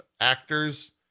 actors